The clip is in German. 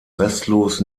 restlos